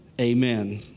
Amen